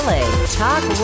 Talk